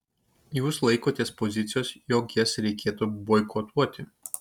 jūs laikotės pozicijos jog jas reikėtų boikotuoti